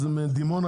אז בדימונה